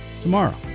tomorrow